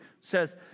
says